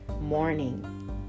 morning